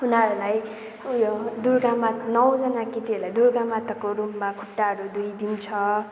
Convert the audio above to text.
उनीहरूलाई उयो दुर्गामा नौजना केटीहरूलाई दुर्गामाताको रूपमा खुट्टाहरू धोइदिन्छ